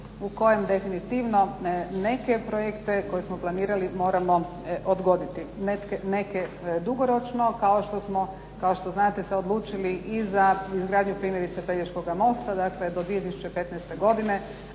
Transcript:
u kojem definitivno neke projekte koje smo planirali moramo odgoditi, neke dugoročno kao što smo kao što znate se odlučili i za izgradnju primjerice Pelješkoga mosta do 2015. godine.